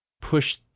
push